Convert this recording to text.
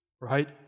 right